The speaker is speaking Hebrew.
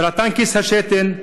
סרטן כיס השתן,